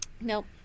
Nope